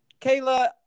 Kayla